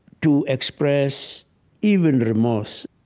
to express even remorse,